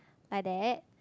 like that